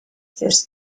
this